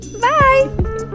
Bye